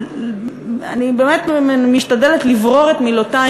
אני באמת משתדלת לברור את מילותי,